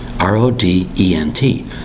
R-O-D-E-N-T